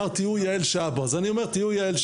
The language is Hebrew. וכמעט בכל פנייה המילה "רישום" חזרה על עצמה.